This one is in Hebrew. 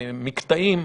מקטעים: